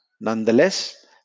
Nonetheless